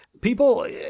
people